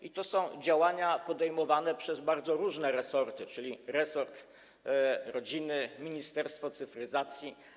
I to są działania podejmowane przez bardzo różne resorty, czyli resort rodziny czy Ministerstwo Cyfryzacji.